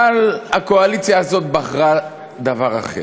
אבל הקואליציה הזאת בחרה דבר אחר.